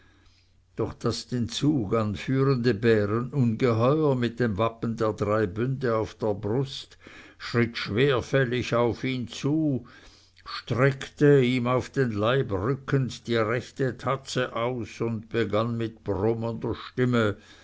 doch das den zug anführende bärenungeheuer mit den wappen der drei bünde auf der brust schritt schwerfällig auf ihn zu streckte ihm auf den leib rückend die rechte tatze aus und begann mit brummender stimme